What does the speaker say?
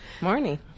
Morning